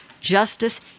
justice